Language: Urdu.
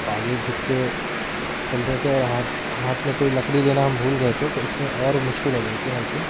آگے جھک کے چل رہے تھے اور ہاتھ ہاتھ میں کوئی لکڑی لینا ہم بھول گئے تھے تو اس لیے اور مشکل ہو گئی تھی ہیکنگ